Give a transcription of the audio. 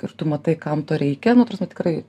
ir tu matai kam to reikia nu ta prasme tikrai